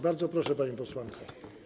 Bardzo proszę, pani posłanko.